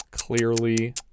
clearly